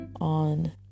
on